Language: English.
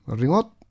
ringot